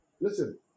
Listen